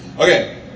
Okay